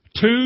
two